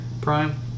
Prime